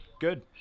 good